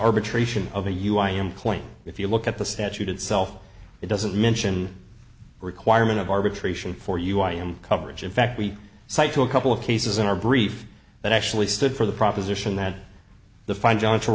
arbitration of a u i employee if you look at the statute itself it doesn't mention requirement of arbitration for you i am coverage in fact we cite to a couple of cases in our brief that actually stood for the proposition that the fin